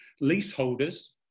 Leaseholders